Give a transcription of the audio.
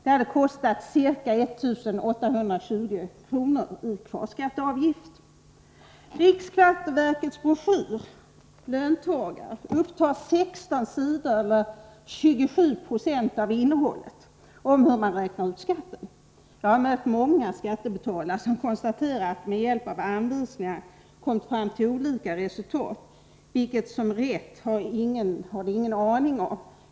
Det hade kostat ca 1 820 kr. i kvarskatteavgift. I riksskatteverkets broschyr Löntagare upptas 16 sidor, eller ca 27 90 av innehållet, av hur man räknar ut skatten. Jag har mött många skattebetalare som konstaterar att de med hjälp av anvisningarna har kommit fram till olika resultat. Vilket som är rätt har de ingen aning om.